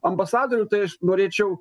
ambasadorių tai aš norėčiau